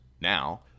Now